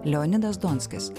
leonidas donskis